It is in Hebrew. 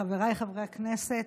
חבריי חברי הכנסת,